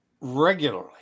regularly